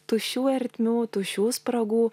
tuščių ertmių tuščių spragų